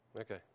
Okay